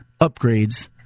upgrades